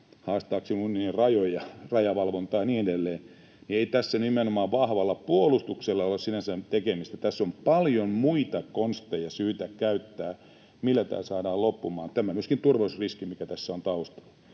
haastaakseen unionin rajoja, rajavalvontaa ja niin edelleen, mutta ei tässä nimenomaan vahvalla puolustuksella ole sinänsä tekemistä, vaan tässä on paljon muita konsteja syytä käyttää, niin että tämä saadaan loppumaan. Tämä on myöskin turvallisuusriski, mikä tässä on taustalla.